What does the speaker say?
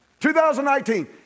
2019